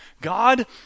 God